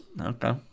okay